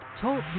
TALK